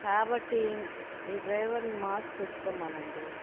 కాబట్టి మీ డ్రైవర్ని మాస్క్ పెట్టుకోమనండి